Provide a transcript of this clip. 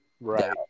Right